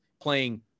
playing